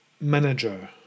Manager